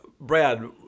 Brad